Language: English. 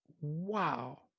Wow